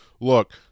Look